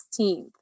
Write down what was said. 16th